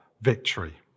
victory